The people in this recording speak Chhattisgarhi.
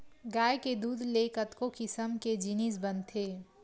गाय के दूद ले कतको किसम के जिनिस बनथे